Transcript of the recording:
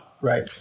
right